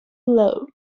below